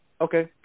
okay